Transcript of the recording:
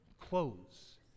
clothes